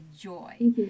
joy